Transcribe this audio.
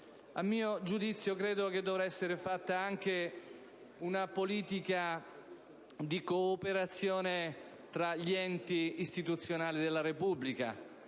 A mio giudizio, dovrebbe essere avviata una politica di cooperazione tra gli enti istituzionali della Repubblica.